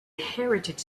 heritage